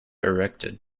erected